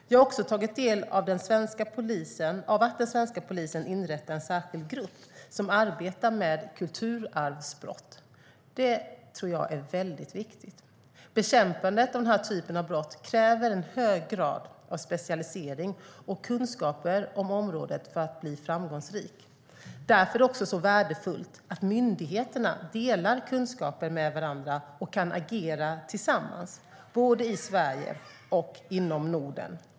Jag har också tagit del av att den svenska polisen inrättar en särskild grupp som arbetar med kulturarvsbrott. Det tror jag är väldigt viktigt. Bekämpandet av den här typen av brott kräver en hög grad av specialisering och kunskaper om området för att bli framgångsrikt. Därför är det också värdefullt att myndigheterna delar kunskaper med varandra och kan agera tillsammans, både i Sverige och inom Norden.